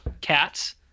Cats